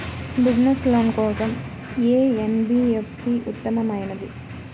Business loan కోసం ఏ NBFC ఉత్తమమైనది?